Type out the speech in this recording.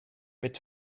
mit